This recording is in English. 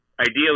ideally